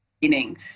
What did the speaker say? beginning